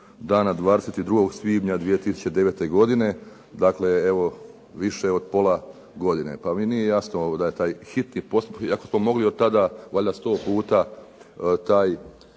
dana 22. svibnja 2009. godine, dakle više od pola godine. Pa mi nije jasno da je taj hitni postupak, iako bi od tada mogli valjda 100 puta taj